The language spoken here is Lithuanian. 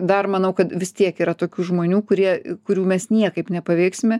dar manau kad vis tiek yra tokių žmonių kurie kurių mes niekaip nepaveiksime